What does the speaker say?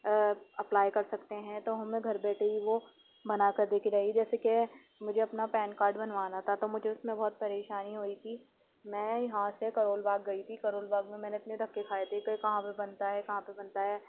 apply کر سکتے ہیں تو ہمیں گھر بیٹھے ہی وہ بنا کر دے کے گئی جیسے کہ مجھے اپنا پین کارڈ بنوانا تھا تو مجھے اس میں بہت پریشانی ہوئی تھی میں یہاں سے کرول باغ گئی تھی کرول باغ میں میں نے اتنے دھکے کھائے تھے کہ کہاں پہ بنتا ہے کہاں پہ بنتا ہے